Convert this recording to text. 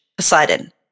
Poseidon